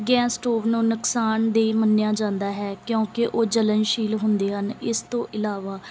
gas stove ਨੂੰ ਨੁਕਸਾਨਦਈ ਮੰਨਿਆ ਜਾਂਦਾ ਹੈ ਕਿਉਂਕਿ ਉਹ ਜਲਣਸ਼ੀਲ ਹੁੰਦੇ ਹਨ ਇਸ ਤੋਂ ਇਲਾਵਾ